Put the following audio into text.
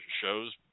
show's